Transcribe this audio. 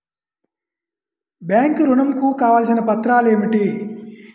Bank ఋణం కు కావలసిన పత్రాలు ఏమిటి?